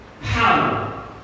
power